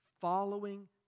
following